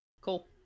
Cool